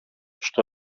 στο